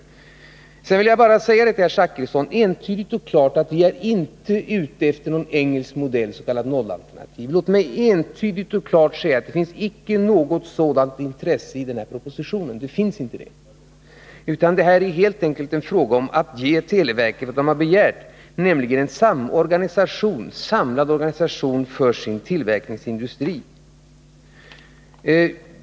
Sedan vill jag bara säga till herr Zachrisson entydigt och klart att vi inte är ute efter någon engelsk modell, det s.k. nollalternativet. Låt mig entydigt och klart säga att det finns inte något sådant intresse bakom den här propositionen. Det här är helt enkelt en fråga om att ge televerket vad man begärt, nämligen en samlad organisation för sin tillverkningsindustri.